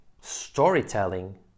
storytelling